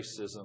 racism